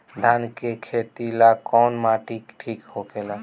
धान के खेती ला कौन माटी ठीक होखेला?